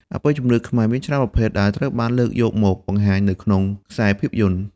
អបិយជំនឿខ្មែរមានច្រើនប្រភេទដែលត្រូវបានលើកយកមកបង្ហាញនៅក្នុងខ្សែភាពយន្ត។